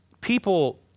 people